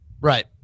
Right